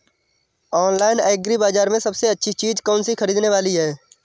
Online agri बाजार में सबसे अच्छी चीज कौन सी ख़रीदने वाली है?